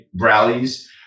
rallies